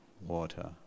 water